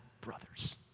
brothers